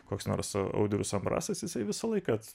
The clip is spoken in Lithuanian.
koks nors audrius ambrasas jisai visą laiką